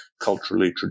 culturally